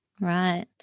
Right